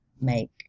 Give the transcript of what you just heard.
make